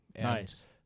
nice